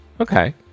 Okay